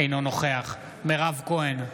אינו נוכח מירב כהן,